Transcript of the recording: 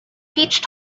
peach